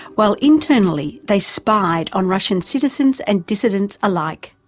while internally, they spied on russian citizens and dissidents alike.